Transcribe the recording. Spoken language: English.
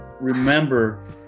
remember